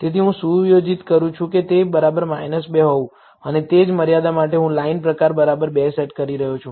તેથી હું સુયોજિત કરું છું કે તે 2 હોવું અને તે જ મર્યાદા માટે હું લાઇન પ્રકાર 2 સેટ કરી રહ્યો છું